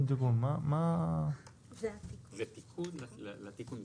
זה תיקון לתיקון.